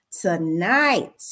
tonight